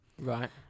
Right